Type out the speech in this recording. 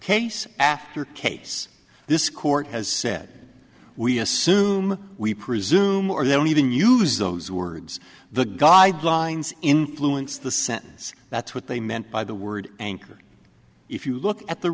case after case this court has said we assume we presume or they don't even use those words the guidelines influence the sentence that's what they meant by the word anchor if you look at the